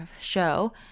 show